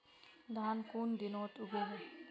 धान कुन दिनोत उगैहे